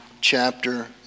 chapter